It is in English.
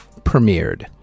premiered